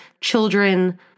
children